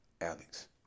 Alex